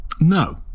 No